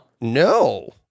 no